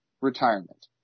retirement